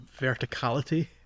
verticality